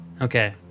Okay